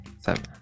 seven